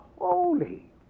holy